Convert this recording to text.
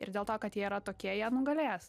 ir dėl to kad jie yra tokie jie nugalės